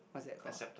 what's that call